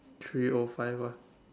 three o five ah